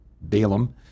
Balaam